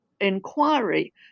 inquiry